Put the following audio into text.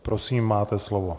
Prosím, máte slovo.